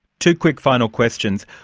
two quick final questions.